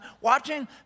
watching